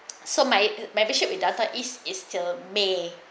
so my membership with data east is the may